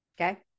Okay